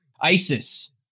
ISIS